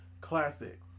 classic